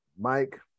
Mike